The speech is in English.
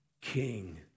king